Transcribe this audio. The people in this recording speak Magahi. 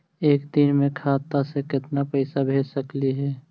एक दिन में खाता से केतना पैसा भेज सकली हे?